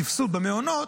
סבסוד במעונות,